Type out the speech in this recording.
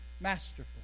masterful